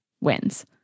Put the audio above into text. wins